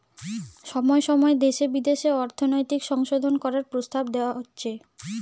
সময় সময় দেশে বিদেশে অর্থনৈতিক সংশোধন করার প্রস্তাব দেওয়া হচ্ছে